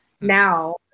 Now